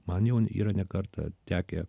man jau yra ne kartą tekę